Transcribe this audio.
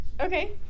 okay